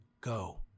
go